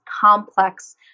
complex